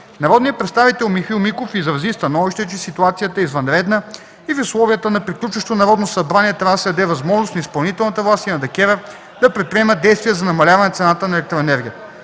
Народният представител Михаил Миков изрази становище, че ситуацията е извънредна и в условията на приключващо Народно събрание трябва да се даде възможност на изпълнителната власт и на ДКЕВР да предприемат действия за намаляване цената на електроенергията.